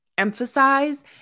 Emphasize